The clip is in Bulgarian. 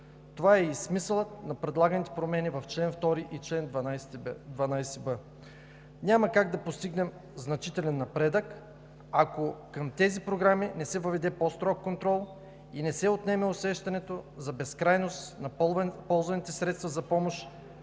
Това е и смисълът на предлаганите промени в чл. 2 и чл.12б. Няма как да постигнем значителен напредък, ако към тези програми не се въведе по-строг контрол и не се отнеме усещането за безкрайност на ползваните средства за помощ,